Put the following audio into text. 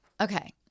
okay